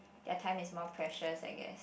their time is more precious I guess